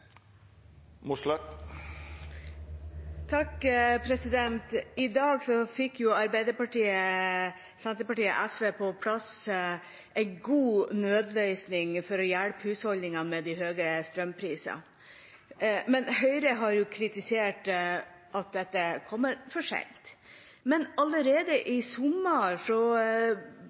I dag fikk Arbeiderpartiet, Senterpartiet og SV på plass en god nødløsning for å hjelpe husholdningene med de høye strømprisene. Høyre har kritisert at dette kommer for sent. Men allerede i sommer